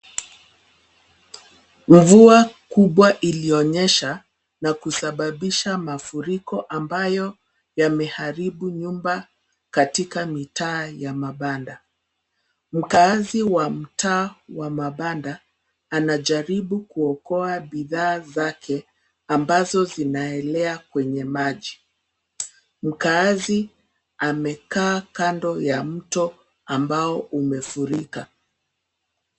Mvua kubwa ilionyesha na kusababisha mafuriko ambayo yameharibu nyumba katika mitaa ya mabanda. Mkaazi wa mtaa wa mabanda anajaribu kuokoa bidhaa zake ambazo zinaelea kwenye maji. Mkaazi amekaa kando ya mto ambao umefurika.